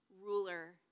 ruler